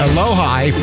Aloha